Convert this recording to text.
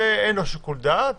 ואין לו שיקול דעת,